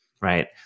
right